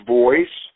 voice